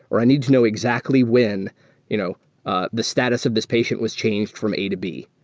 or i need to know exactly when you know ah the status of this patient was changed from a to b.